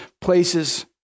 places